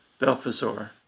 Belfazor